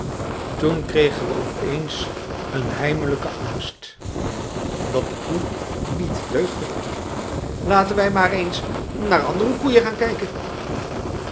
toen kregen we opeens een heimelijken angst dat de koe niet deugde laten wij maar eens naar andere koeien gaan kijken